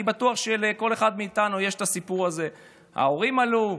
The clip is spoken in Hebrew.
אני בטוח שלכל אחד מאיתנו יש את הסיפור הזה: ההורים עלו,